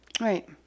Right